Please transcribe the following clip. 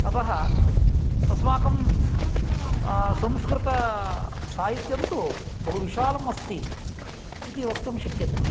अतः अस्माकं संस्कृतसाहित्यन्तु बहुविशालम् अस्ति इति वक्तुं शक्यते